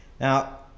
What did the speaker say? Now